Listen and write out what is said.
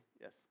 yes